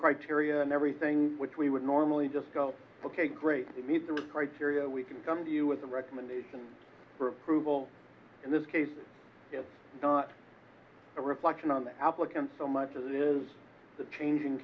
criteria and everything which we would normally just go ok great serial we can come to you with a recommendation for approval in this case it's not a reflection on the applicants so much as it is the changing